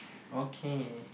okay